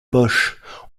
poches